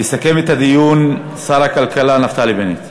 יסכם את הדיון שר הכלכלה נפתלי בנט.